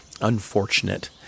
unfortunate